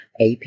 AP